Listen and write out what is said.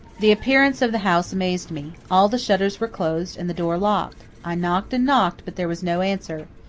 the appearance of the house amazed me. all the shutters were closed and the door locked. i knocked and knocked, but there was no answer.